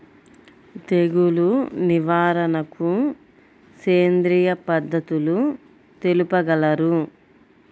తెగులు నివారణకు సేంద్రియ పద్ధతులు తెలుపగలరు?